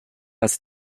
ist